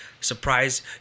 surprise